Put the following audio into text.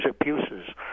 abuses